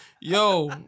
Yo